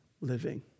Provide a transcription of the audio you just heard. living